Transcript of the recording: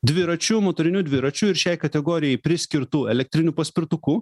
dviračiu motoriniu dviračiu ir šiai kategorijai priskirtu elektriniu paspirtuku